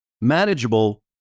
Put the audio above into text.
Manageable